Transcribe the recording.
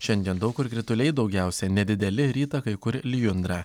šiandien daug kur krituliai daugiausia nedideli rytą kai kur lijundra